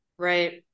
right